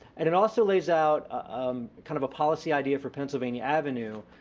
and it also lays out um kind of a policy idea for pennsylvania avenue,